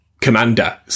commander